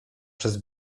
przez